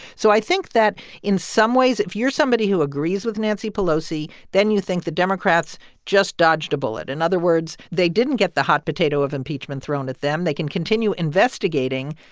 so i think that in some ways, if you're somebody who agrees with nancy pelosi, then you think the democrats just dodged a bullet. in other words, they didn't get the hot potato of impeachment thrown at them. they can continue investigating.